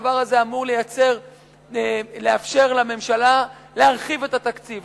הדבר הזה אמור לאפשר לממשלה להרחיב את התקציב,